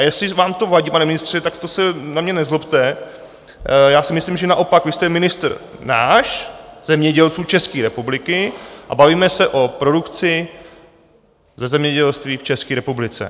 A jestli vám to vadí, pane ministře, tak to se na mě nezlobte, já si myslím, že naopak vy jste ministr nás, zemědělců České republiky, a bavíme se o produkci ze zemědělství v České republice.